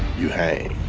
you hang.